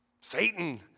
Satan